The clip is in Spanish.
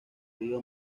río